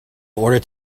order